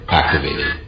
activated